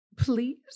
Please